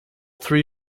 three